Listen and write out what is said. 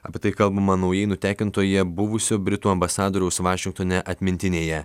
apie tai kalbama naujai nutekintoje buvusio britų ambasadoriaus vašingtone atmintinėje